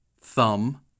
thumb